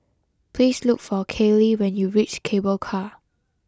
please look for Kayleigh when you reach Cable Car